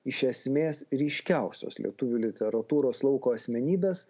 iš esmės ryškiausios lietuvių literatūros lauko asmenybės